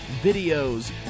videos